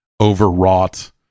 overwrought